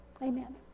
Amen